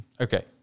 Okay